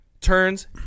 turns